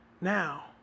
now